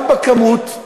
גם בכמות,